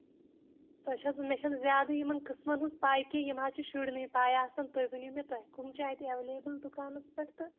تۄہہِ چھٔ حظ مےٚ چھےٚ نہٕ زیادٕ یِمن قٕسمَن ہٕنٛز پَے کیٚنٛہہ یِم حظ چھِ شُرنٕے پَے آسان تُہۍ ؤنِو مےٚ تۄہہِ کٕم چھِ اَتہِ ایویلیبٔل دُکانَس پیٚٹھ تہٕ